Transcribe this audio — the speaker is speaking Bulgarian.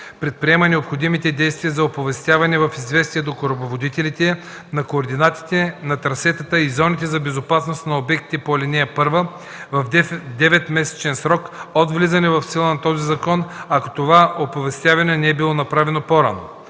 предприема необходимите действия за оповестяване в „Известие до корабоводителите” на координатите на трасетата и зоните за безопасност на обектите по ал. 1 в деветмесечен срок от влизане в сила на този закон, ако такова оповестяване не е било направено по-рано.